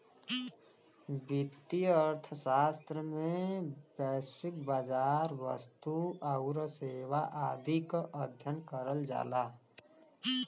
वित्तीय अर्थशास्त्र में वैश्विक बाजार, वस्तु आउर सेवा आदि क अध्ययन करल जाला